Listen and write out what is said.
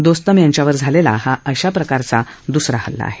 दोस्तम यांच्यावर झालेला हा अशा प्रकारचा दुसरा हल्ला आहे